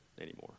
anymore